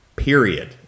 period